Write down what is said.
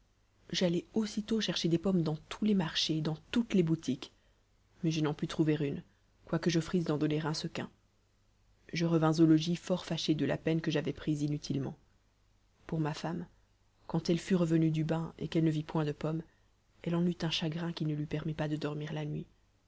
j'allai aussitôt chercher des pommes dans tous les marchés et dans toutes les boutiques mais je n'en pus trouver une quoique j'offrisse d'en donner un sequin je revins au logis fort fâché de la peine que j'avais prise inutilement pour ma femme quand elle fut revenue du bain et qu'elle ne vit point de pommes elle en eut un chagrin qui ne lui permit pas de dormir la nuit